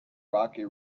rocky